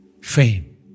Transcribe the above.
fame